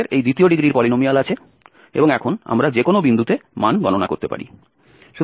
আমাদের এই দ্বিতীয় ডিগ্রির পলিনোমিয়াল আছে এবং এখন আমরা যে কোনও বিন্দুতে মান গণনা করতে পারি